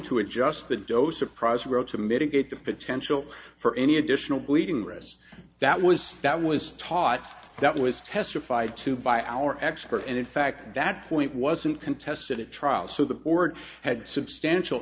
to adjust the dose surprise rope to mitigate the potential for any additional bleeding risks that was that was taught that was testified to by our experts and in fact that point wasn't contested at trial so the board had substantial